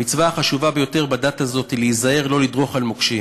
המצווה החשובה ביותר בדת הזאת היא להיזהר לא לדרוך על מוקשים.